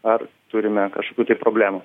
ar turime kažkokių problemų